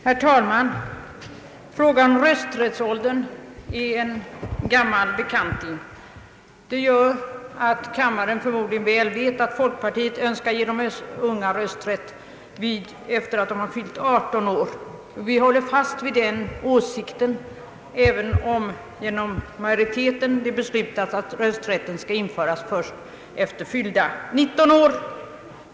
Herr talman! Frågan om rösträttsåldern är en gammal bekant. Det gör att kammaren förmodligen väl vet att folkpartiet önskar ge de unga rösträtt efter att de fyllt 18 år. Vi håller fast vid den åsikten även om, genom majoriteten, det beslutats att rösträtt skall inträda först efter fyllda 19 år.